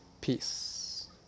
Peace